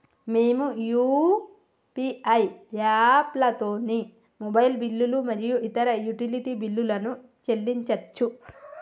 మేము యూ.పీ.ఐ యాప్లతోని మొబైల్ బిల్లులు మరియు ఇతర యుటిలిటీ బిల్లులను చెల్లించచ్చు